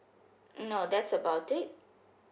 no that's about it